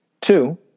Two